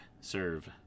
serve